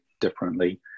differently